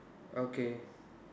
okay